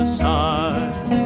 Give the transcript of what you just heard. side